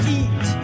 eat